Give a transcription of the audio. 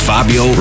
Fabio